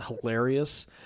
hilarious